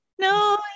No